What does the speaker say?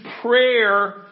prayer